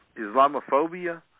Islamophobia